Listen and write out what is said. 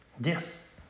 Yes